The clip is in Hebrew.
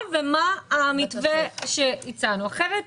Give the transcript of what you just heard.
ומה המתווה שהצענו כי אם לא תעשה כך,